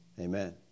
Amen